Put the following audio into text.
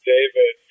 David